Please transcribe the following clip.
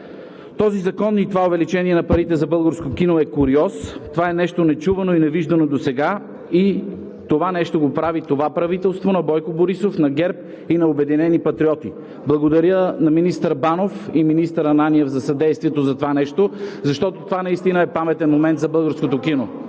Този закон и това увеличение на парите за българското кино е куриоз – нещо нечувано и невиждано досега, и това нещо го прави това правителство на Бойко Борисов, на ГЕРБ и на „Обединени патриоти“. Благодаря на министър Банов и министър Ананиев за съдействието за това нещо, защото това наистина е паметен момент за българското кино.